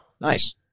Nice